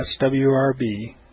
swrb